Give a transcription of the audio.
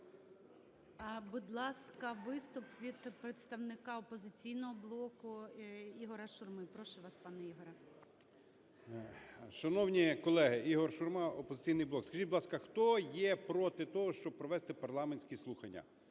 Будь ласка, виступ від представника "Опозиційного блоку" Ігоря Шурми. Прошу вас пане Ігорю. 11:26:51 ШУРМА І.М. Шановні колеги! Ігор Шурма, "Опозицій блок" . Скажіть, будь ласка, хто є проти того, щоб провести парламентські слухання?